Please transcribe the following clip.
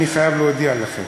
אני חייב להודיע לכם: